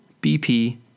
BP